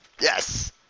Yes